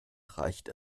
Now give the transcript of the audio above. reicht